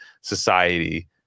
society